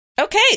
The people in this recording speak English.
Okay